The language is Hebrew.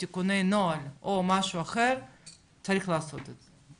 תיקוני נוהל או משהו אחר צריך לעשות את זה.